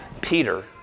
Peter